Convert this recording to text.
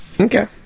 Okay